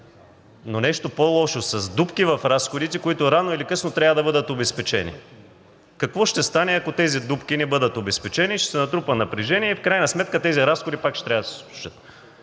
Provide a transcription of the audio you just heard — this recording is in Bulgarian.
Но нещо по-лошо – с дупки в разходите, които рано или късно трябва да бъдат обезпечени. Какво ще стане, ако тези дупки не бъдат обезпечени? Ще се натрупа напрежение и в крайна сметка тези разходи пак ще трябва да се случат.